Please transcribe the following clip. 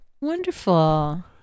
wonderful